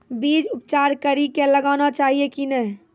बीज उपचार कड़ी कऽ लगाना चाहिए कि नैय?